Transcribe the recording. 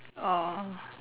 oh